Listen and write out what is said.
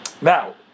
now